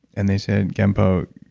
and they said genpo,